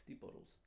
bottles